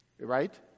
Right